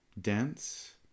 dense